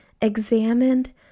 examined